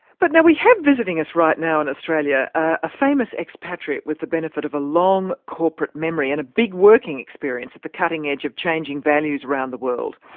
but we have visiting us right now in australia a famous expatriate with the benefit of a long corporate memory and a big working experience at the cutting edge of changing values around the world.